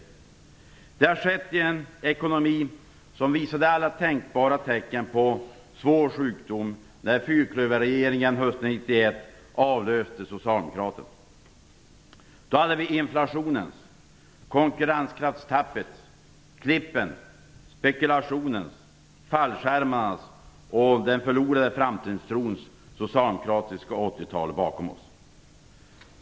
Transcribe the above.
Detta har skett i en ekonomi som visade alla tänkbara tecken på svår sjukdom när fyrklöverregeringen hösten 1991 avlöste socialdemokraterna. Då hade vi inflationens, konkurrenskraftstappets, klippens, spekulationens, fallskärmarnas och den förlorade framtidstrons socialdemokratiska 1980-tal bakom oss.